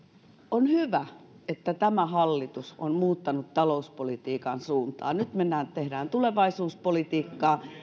on hyvä että tämä hallitus on muuttanut talouspolitiikan suuntaa nyt tehdään tulevaisuuspolitiikkaa